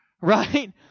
right